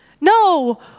No